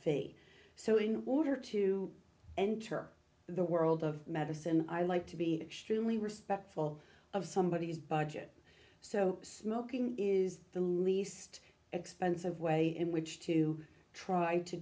fee so in order to enter the world of medicine i like to be truly respectful of somebodies budget so smoking is the least expensive way in which to try to